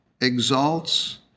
exalts